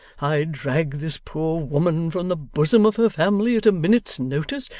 i drag this poor woman from the bosom of her family at a minute's notice,